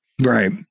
Right